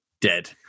dead